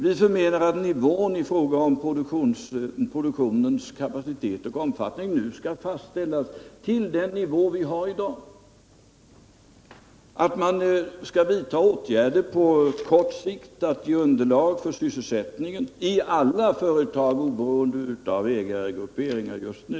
Vi förmenar att nivån i fråga om produktionens kapacitet och omfattning nu skall fastställas till den nivå vi har i dag, att man skall vidta åtgärder på kort sikt för att ge underlag för sysselsättning i olika företag, oberoende av ägargrupperingar just nu.